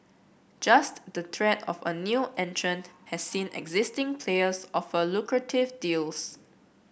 just the threat of a new entrant has seen existing players offer lucrative deals